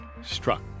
struck